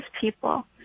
people